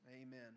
amen